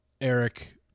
Eric